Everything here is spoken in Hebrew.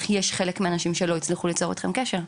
יש חלק מהאנשים שלא הצליחו ליצור אתכם קשר.